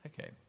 Okay